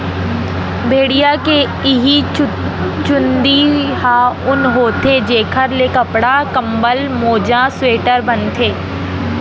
भेड़िया के इहीं चूंदी ह ऊन होथे जेखर ले कपड़ा, कंबल, मोजा, स्वेटर बनथे